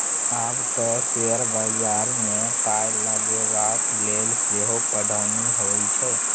आब तँ शेयर बजारमे पाय लगेबाक लेल सेहो पढ़ौनी होए छै